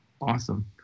Awesome